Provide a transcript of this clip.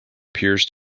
appears